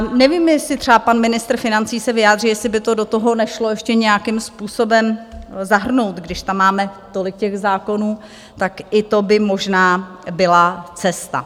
Nevím, jestli třeba pan ministr financí se vyjádří, jestli by to do toho nešlo ještě nějakým způsobem zahrnout, když tam máme tolik těch zákonů, tak i to byla možná byla cesta.